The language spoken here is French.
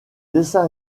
dessin